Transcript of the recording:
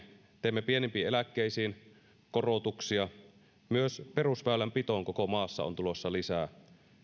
teemme pienimpiin eläkkeisiin korotuksia myös perusväylänpitoon koko maassa on tulossa lisää